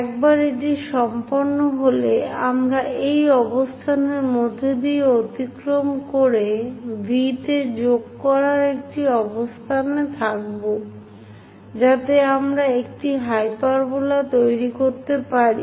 একবার এটি সম্পন্ন হলে আমরা এই অবস্থানের মধ্য দিয়ে অতিক্রম করে V তে যোগ করার একটি অবস্থানে থাকব যাতে আমরা একটি হাইপারবোলা তৈরি করতে পারি